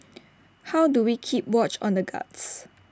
how do we keep watch on the guards